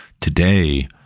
today